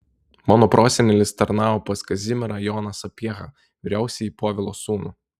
mano prosenelis tarnavo pas kazimierą joną sapiehą vyriausiąjį povilo sūnų